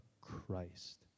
Christ